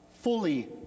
fully